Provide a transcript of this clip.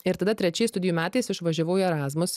ir tada trečiais studijų metais išvažiavau į erasmus